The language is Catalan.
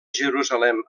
jerusalem